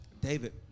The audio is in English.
David